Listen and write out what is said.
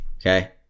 Okay